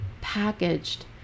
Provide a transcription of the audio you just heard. packaged